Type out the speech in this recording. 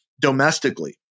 domestically